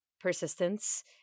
persistence